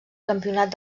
campionat